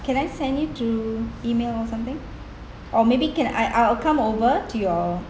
can I send it to email or something or maybe can I I'll come over to your